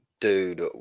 Dude